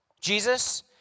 Jesus